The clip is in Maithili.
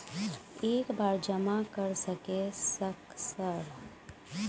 एक बार जमा कर सके सक सर?